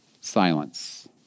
silence